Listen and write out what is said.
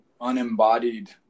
unembodied